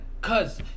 Cause